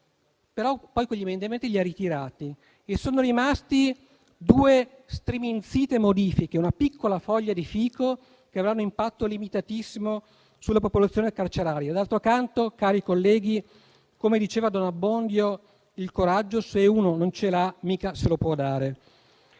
coraggioso. Quegli emendamenti però poi li ha ritirati e sono rimaste due striminzite modifiche, una piccola foglia di fico che avrà un impatto limitatissimo sulla popolazione carceraria. D'altro canto, cari colleghi, come diceva Don Abbondio, il coraggio se uno non ce l'ha, mica se lo può dare.